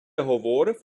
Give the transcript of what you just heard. говорив